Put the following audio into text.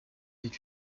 est